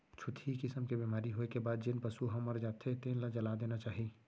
छुतही किसम के बेमारी होए के बाद जेन पसू ह मर जाथे तेन ल जला देना चाही